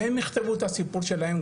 שהם יכתבו את הסיפור שלהם,